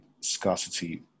scarcity